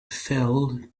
fell